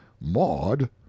maud